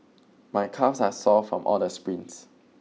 my calves are sore from all the sprints